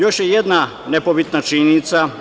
Još je jedna nepobitna činjenica.